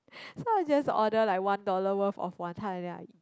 so I just order like one dollar worth of wanton then I